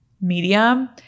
medium